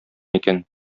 икән